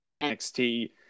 nxt